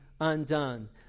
undone